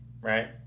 right